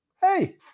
hey